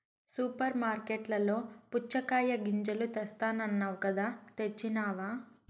super మార్కట్లలో పుచ్చగాయ గింజలు తెస్తానన్నావ్ కదా తెచ్చినావ